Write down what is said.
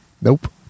nope